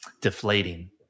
deflating